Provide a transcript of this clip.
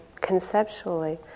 conceptually